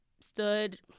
stood